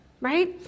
right